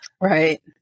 Right